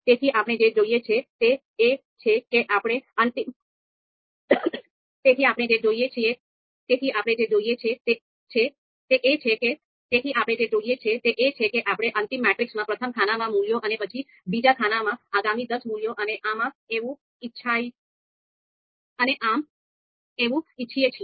તેથી આપણે જે જોઈએ છે તે એ છે કે આપણે અંતિમ મેટ્રિક્સમાં પ્રથમ ખાનામાં મૂલ્યો અને પછી બીજા ખાનામાં આગામી દસ મૂલ્યો અને આમ એવું ઈચ્છીએ છીએ